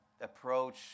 approach